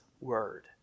Word